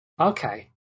Okay